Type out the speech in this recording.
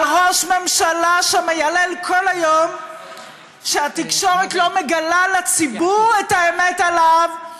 על ראש ממשלה שמיילל כל היום שהתקשורת לא מגלה לציבור את האמת עליו,